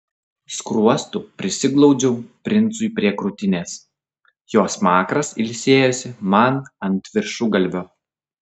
skruostu prisiglaudžiau princui prie krūtinės jo smakras ilsėjosi man ant viršugalvio